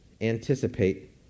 anticipate